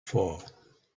fall